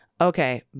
Okay